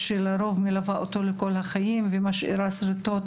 לרוב מלווה אותו לכל החיים ומשאירה שריטות